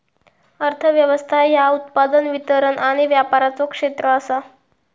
अर्थ व्यवस्था ह्या उत्पादन, वितरण आणि व्यापाराचा क्षेत्र आसा